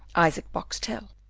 isaac boxtel,